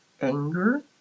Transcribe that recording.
anger